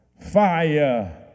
fire